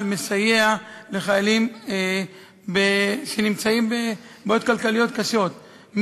מסייע לחיילים שנמצאים בבעיות כלכליות קשות,